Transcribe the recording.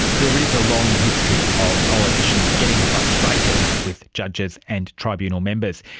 there is a long history of politicians getting frustrated with judges and tribunal members.